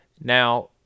Now